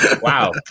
Wow